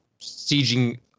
sieging